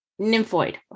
nymphoid